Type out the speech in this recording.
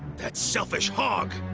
that selfish hog.